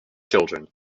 children